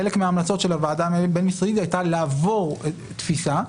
חלק מההמלצות של הוועדה הבין-משרדית היו לשנות את התפיסה.